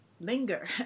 linger